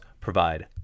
provide